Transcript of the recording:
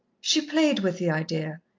she played with the idea,